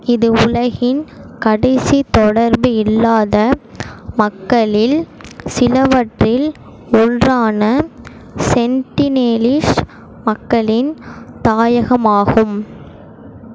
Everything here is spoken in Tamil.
இது உலகின் கடைசி தொடர்பு இல்லாத மக்களில் சிலவற்றில் ஒன்றான சென்டினெலீஸ் மக்களின் தாயகமாகும்